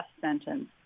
sentence